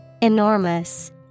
Enormous